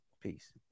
Peace